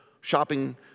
shopping